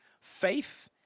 Faith